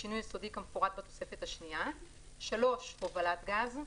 "שינוי יסודי" - כמפורט בתוספת השנייה; הובלת גז.